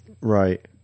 Right